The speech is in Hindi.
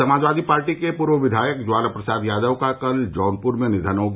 समाजवादी पार्टी के पूर्व विधायक ज्वाला प्रसाद यादव का कल जौनपुर में निधन हो गया